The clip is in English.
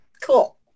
Cool